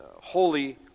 holy